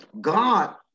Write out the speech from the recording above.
God